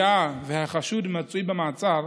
היה והחשוד מצוי במעצר,